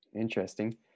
Interesting